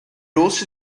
also